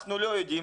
אנחנו לא יודעים,